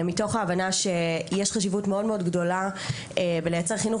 מתוך ההבנה שיש חשיבות מאוד גדולה בלייצר חינוך